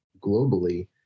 globally